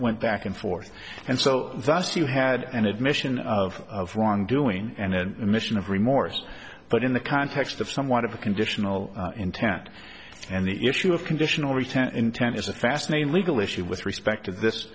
went back and forth and so that's you had an admission of wrongdoing and admission of remorse but in the context of somewhat of a conditional intent and the issue of conditional retention intent is a fascinating legal issue with respect to this